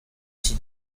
iki